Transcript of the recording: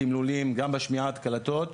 בתמלולים, גם בשמיעת קלטות,